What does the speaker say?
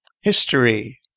History